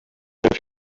have